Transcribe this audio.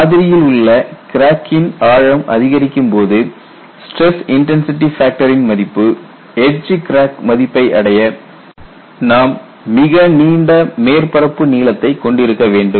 மாதிரியில் உள்ள கிராக்கின் ஆழம் அதிகரிக்கும்போது ஸ்டிரஸ் இன்டன்சிடி ஃபேக்டர் ன் மதிப்பு எட்ஜ் கிராக் மதிப்பை அடைய நாம் மிக நீண்ட மேற்பரப்பு நீளத்தைக் கொண்டிருக்க வேண்டும்